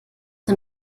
der